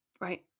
Right